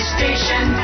Station